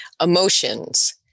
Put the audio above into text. emotions